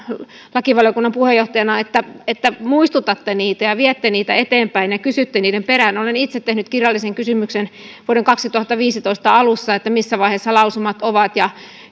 lakivaliokunnan puheenjohtajana että että muistutatte niistä ja viette niitä eteenpäin ja kysytte niiden perään olen itse tehnyt kirjallisen kysymyksen vuoden kaksituhattaviisitoista alussa siitä missä vaiheessa lausumat ovat ja